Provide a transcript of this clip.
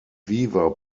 weaver